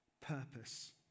Purpose